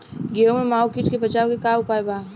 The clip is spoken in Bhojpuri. गेहूँ में माहुं किट से बचाव के का उपाय बा?